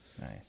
Nice